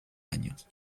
años